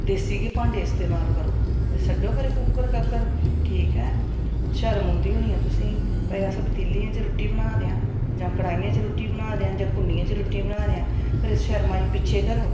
देसी गै भांडे इस्तेमाल करो एह् छड्डो पर कुक्कर कक्कर ठीक ऐ शर्म औंदी होनी ऐ तुसेंगी भाई अस पतीलियें च रुट्टी बना दे आं जां कड़ाइयें च रुट्टी बना दे आं जां कुन्नियें च रुट्टी बना दे आं पर शर्मा पिच्छे धरो